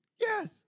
Yes